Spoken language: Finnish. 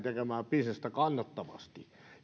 bisnestä kannattavasti